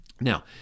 Now